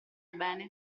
bene